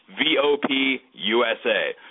VOPUSA